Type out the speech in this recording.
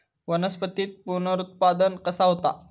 वनस्पतीत पुनरुत्पादन कसा होता?